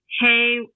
hey